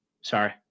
Sorry